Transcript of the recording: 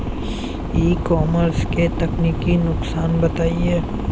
ई commerce के तकनीकी नुकसान बताएं?